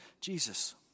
Jesus